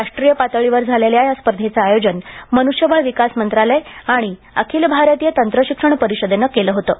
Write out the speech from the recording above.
राष्ट्रीय पातळीवर झालेल्या या स्पर्धेचं आयोजन मनुष्यबळ विकास मंत्रालय आणि अखिल भारतीय तंत्रशिक्षण परिषदेनं केलं होतं